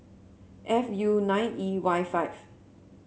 F U nine E Y five